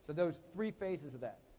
those three phases of that.